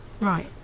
Right